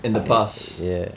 in the past